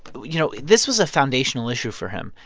you know, this was a foundational issue for him.